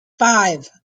five